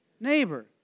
Neighbor